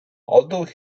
although